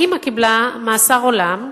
האמא קיבלה מאסר עולם,